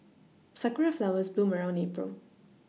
sakura flowers bloom around April